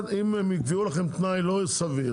אם הם הביאו לכם תנאי לא סביר,